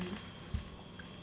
他们就会觉得